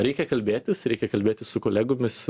reikia kalbėtis reikia kalbėtis su kolegomis